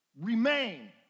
Remain